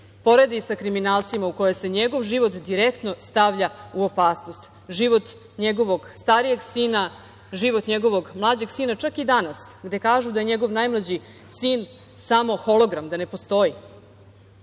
poredi sa kriminalcima u koje se njegov život direktno stavlja u opasnost, život njegovog starijeg sina, život njegovog mlađeg sina. Čak i danas, gde kažu da je njegov najmlađi sin samo hologram, da ne postoji.